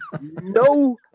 no